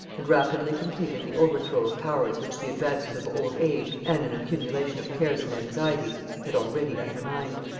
and rapidly completed the overthrow of powers which the advances of old age and an accumulation of cares and anxieties had already undermined.